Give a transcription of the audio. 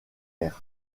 maire